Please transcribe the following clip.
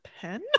pen